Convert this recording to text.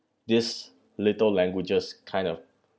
this little languages kind of